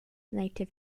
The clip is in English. native